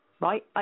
Right